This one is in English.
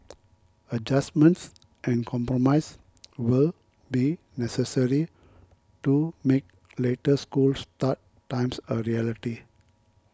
adjustments and compromise will be necessary to make later school start times a reality